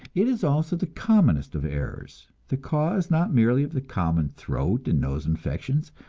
it is also the commonest of errors, the cause, not merely of the common throat and nose infections,